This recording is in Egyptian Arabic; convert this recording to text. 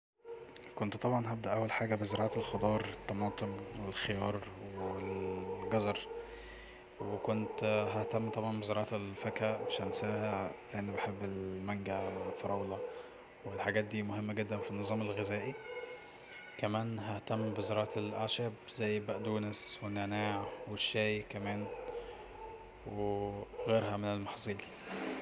كنت طبعا اول حاجة هبدأ بزراعة الخضار الطماطم والخيار والجزر وكنت ههتم طبعا ههتم بزراعة الفاكهة مش هنساها لاني بحب المانجا والفراولة والحاجات دي مهمة جدا في النظام الغذائي كمان ههتم بزراعة الاعشاب زي البقدونس والنعناع والشاي كمان وغيرها من المحاصيل